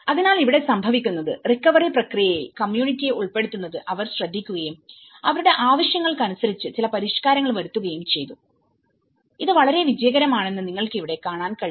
അതിനാൽ ഇവിടെ സംഭവിക്കുന്നത് റീക്കവറി പ്രക്രിയയിൽ കമ്മ്യൂണിറ്റിയെഉൾപ്പെടുത്തുന്നത് അവർ ശ്രദ്ധിക്കുകയുംഅവരുടെ ആവശ്യങ്ങൾക്കനുസരിച്ച് ചില പരിഷ്കാരങ്ങൾ വരുത്തുകയും ചെയ്തുഇത് വളരെ വിജയകരം ആണെന്ന് നിങ്ങൾക്ക് ഇവിടെ കാണാൻ കഴിയും